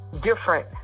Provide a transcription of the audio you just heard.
different